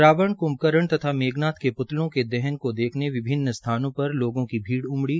रावण कुभकर्ण तथ मेघनाथ के पृतलों के दहन को देख्ने के विभिन्न स्थानों पर लोगों की भीड़ उमड़ी